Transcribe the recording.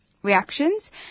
reactions